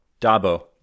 Dabo